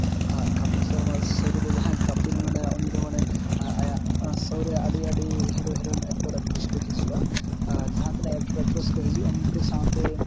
Kapil Sharma show ᱨᱮᱫᱚ ᱡᱟᱦᱟᱸᱭ ᱠᱟᱯᱤᱞ ᱢᱮᱱᱟᱭᱟ ᱩᱱᱤ ᱫᱚ ᱢᱟᱱᱮ ᱟᱭᱟᱜ ᱥᱳ ᱨᱮᱭᱟᱜ ᱟᱹᱰᱤ ᱟᱹᱰᱤ ᱦᱤᱨᱳ ᱦᱤᱨᱳᱭᱤᱱ ᱮᱠᱴᱚᱨ ᱮᱠᱴᱨᱮᱥ ᱠᱚ ᱦᱤᱡᱩᱜᱼᱟ ᱟᱨ ᱡᱟᱦᱟᱸᱛᱤᱱᱟᱹᱜ ᱮᱠᱴᱚᱨ ᱮᱠᱴᱨᱮᱥ ᱠᱚ ᱦᱤᱡᱩᱜᱼᱟ ᱩᱱᱠᱩ ᱥᱟᱶᱛᱮ